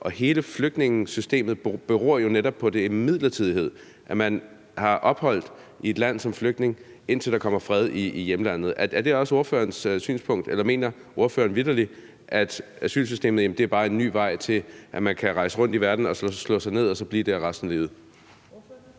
Og hele flygtningesystemet beror jo netop på, at det er midlertidighed; altså at man har ophold i et land som flygtning, indtil der kommer fred i hjemlandet. Er det også ordførerens synspunkt? Eller mener ordføreren vitterlig, at asylsystemet bare er en ny vej til at rejse rundt i verden og så slå sig ned et sted og blive der i resten af livet?